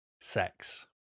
sex